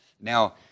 now